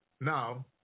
Now